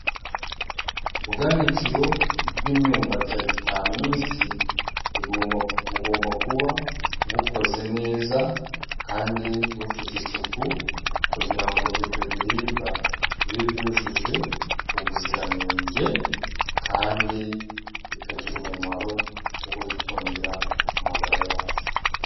Ubwanikiro bw'imyumbati ya gitaminsi, bugomba kuba bukoze neza kandi bufite isuku, kugira ngo ibyo biribwa bibe byujuje ubuziranenge, kandi bikagira umumaro wo kudutungira amagara yacu.